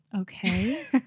Okay